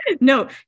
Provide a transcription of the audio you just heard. No